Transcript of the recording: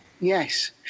yes